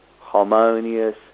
harmonious